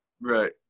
right